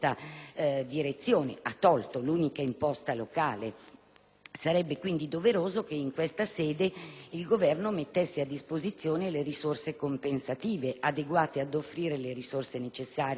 ha tolto l'unica imposta locale. Sarebbe quindi doveroso che in questa sede il Governo mettesse a disposizione le risorse compensative adeguate per offrire le risorse necessarie